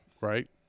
right